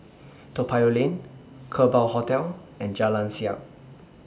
Toa Payoh Lane Kerbau Hotel and Jalan Siap